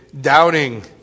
doubting